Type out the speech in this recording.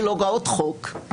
של הוראות חוק,